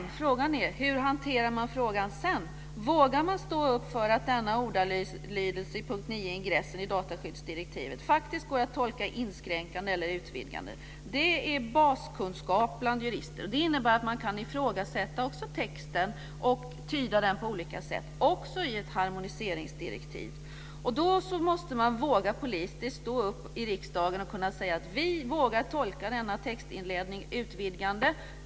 Men frågan är: Hur hanterar man frågan därefter? Vågar man stå upp för att ordalydelsen i punkt 9 i ingressen till dataskyddsdirektivet faktiskt går att tolka inskränkande eller utvidgande? Det är baskunskap bland jurister att man kan ifrågasätta texten och tyda den på olika sätt också i ett harmoniseringsdirektiv. Då måste man våga stå upp politiskt i riksdagen och kunna säga att vi vågar tolka denna textinledning utvidgande.